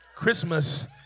Christmas